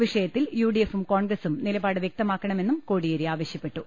വിഷയത്തിൽ U D എഫും കോൺഗ്രസും നിലപാട് വൃക്തമാക്കണമെന്നും കോടിയേരി ആവശ്യപ്പെട്ടു